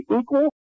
equal